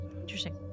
Interesting